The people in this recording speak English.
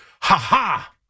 ha-ha